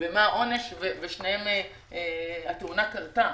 ובשני המקרים התאונה קרתה.